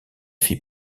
fit